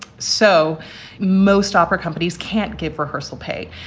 so most opera companies can't give rehearsal pay.